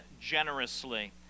Generously